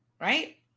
right